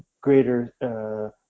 greater